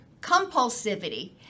Compulsivity